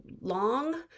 long